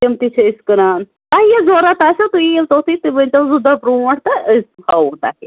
تِم تہِ چھِ أسۍ کٕنان تۄہہِ یہِ ضروٗرت آسِو تُہۍ یِیِو توتُے تُہۍ ؤنۍتَو زٕ دۄہ برٛونٹھ تہٕ أسۍ ہاووَ تۄہہِ